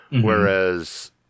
whereas